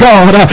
God